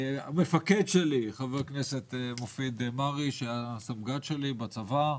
המפקד שלי חבר הכנסת מופיד מרעי שהיה סמג"ד שלי בצבא,